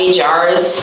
jars